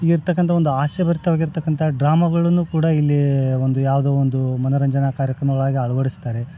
ಇರ್ತಕ್ಕಂಥ ಒಂದು ಹಾಸ್ಯ ಭರಿತವಾಗಿರ್ತಕ್ಕಂಥ ಡ್ರಾಮಗಳನ್ನು ಕೂಡ ಇಲ್ಲಿ ಒಂದು ಯಾವುದೋ ಒಂದು ಮನರಂಜನೆ ಕಾರ್ಯಕ್ರಮಗಳಾಗಿ ಅಳವಡಿಸ್ತಾರೆ